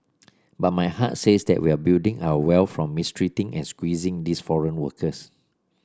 but my heart says that we're building our wealth from mistreating and squeezing these foreign workers